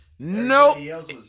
Nope